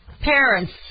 parents